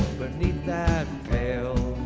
but beneath that pale,